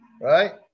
Right